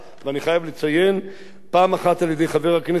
פעם אחת על-ידי חבר הכנסת בנימין בני אלון,